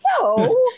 No